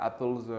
Apple's